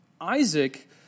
Isaac